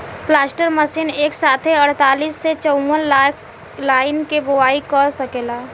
planter machine एक साथे अड़तालीस से चौवन लाइन के बोआई क सकेला